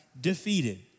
defeated